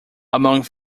among